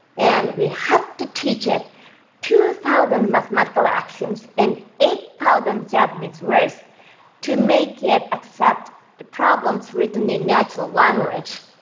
and we had to teach it two thousand mathematical axioms and eight thousand japanese words to make it accept the problems written in natural language.